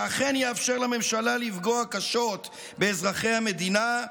שאכן יאפשר לממשלה לפגוע קשות באזרחי המדינה,